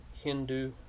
Hindu